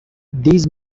these